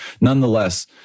Nonetheless